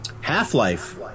Half-Life